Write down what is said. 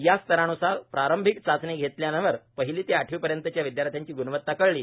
या स्तरान्सार प्रारंभिक चाचणी घेतल्यावर पहिले ते आठवीपर्यंतच्या विदयार्थ्यांची ग्णवत्ता कळली